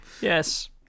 Yes